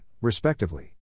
respectively